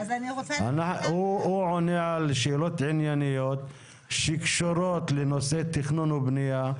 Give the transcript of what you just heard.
הוא עונה על שאלות ענייניות שקשורות לנושא תכנון ובנייה,